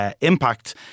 Impact